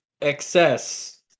Excess